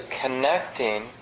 connecting